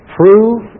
prove